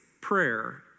prayer